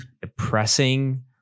depressing